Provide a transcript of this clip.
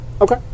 Okay